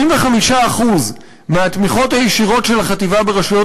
75% מהתמיכות הישירות של החטיבה ברשויות